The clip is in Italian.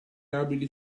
abili